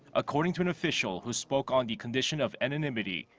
according to an official. who spoke on the condition of anonymity.